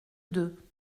deux